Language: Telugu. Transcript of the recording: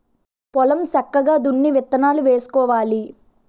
పొలం సక్కగా దున్ని విత్తనాలు వేసుకోవాలి